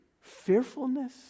Fearfulness